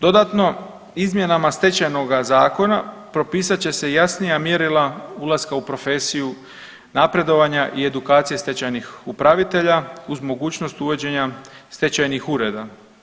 Dodatno, izmjenama stečajnoga zakona propisat će se jasnija mjerila ulaska u profesiju, napredovanja i edukacije stečajnih upravitelja uz mogućnost uvođenja stečajnih ureda.